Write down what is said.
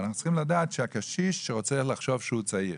אבל אנחנו צריכים לדעת שהקשיש רוצה לחשוב שהוא צעיר.